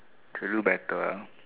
to do better